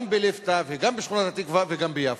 גם בליפתא וגם בשכונת-התקווה וגם ביפו.